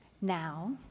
now